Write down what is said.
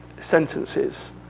sentences